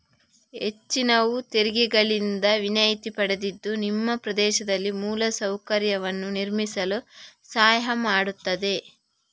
ಹೆಚ್ಚಿನವು ತೆರಿಗೆಗಳಿಂದ ವಿನಾಯಿತಿ ಪಡೆದಿದ್ದು ನಿಮ್ಮ ಪ್ರದೇಶದಲ್ಲಿ ಮೂಲ ಸೌಕರ್ಯವನ್ನು ನಿರ್ಮಿಸಲು ಸಹಾಯ ಮಾಡ್ತದೆ